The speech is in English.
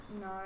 no